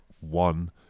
one